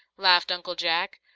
laughed uncle jack,